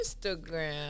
Instagram